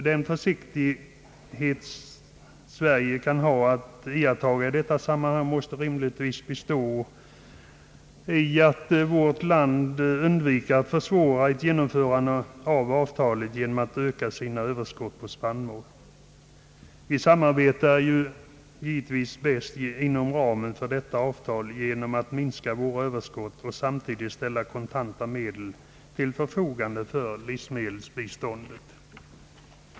Den försiktighet Sverige kan ha att iaktta i sådana sammanhang måste rimligtvis bestå i att vårt land undviker att försvåra ett genomförande av avtalet genom att öka sina överskott på spannmål. Vi samarbetar givetvis bäst inom ramen för detta avtal genom att minska våra överskott och samtidigt ställa kontanta medel till förfogande för livsmedelsbiståndet.